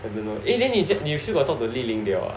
eh then you still got talk to Li Ling they all ah